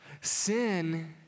Sin